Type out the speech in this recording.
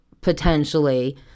potentially